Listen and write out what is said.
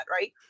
right